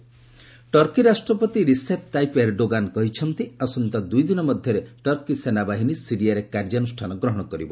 Turkey Syria Turkey ରାଷ୍ଟ୍ରପତି Recep Tayyip Erdogan କହିଚ୍ଚନ୍ତି ଆସନ୍ତା ଦୁଇଦିନ ମଧ୍ୟରେ ଟର୍କି ସେନାବାହିନୀ ସିରିଆରେ କାର୍ଯ୍ୟାନୁଷ୍ଠାନ ଗ୍ରହଣ କରିବ